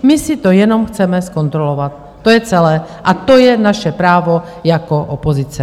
My si to jenom chceme zkontrolovat, to je celé, a to je naše právo jako opozice.